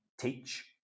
teach